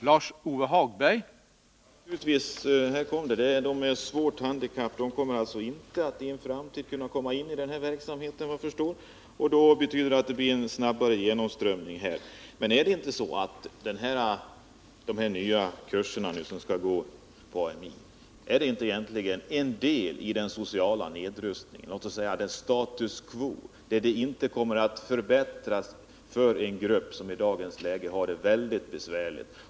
Herr talman! Här kom det! De svårt handikappade kan, vad jag förstår, i framtiden inte komma in i den här verksamheten. Det betyder att det blir en snabbare genomströmning. Men är det inte så att de nya kurserna på AMI egentligen är en del av den sociala nedrustningen? Det blir ett status quo och alltså ingen förbättring för en grupp som i dagens läge har det väldigt besvärligt.